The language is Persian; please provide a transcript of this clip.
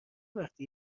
وقتی